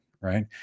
right